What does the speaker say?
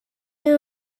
you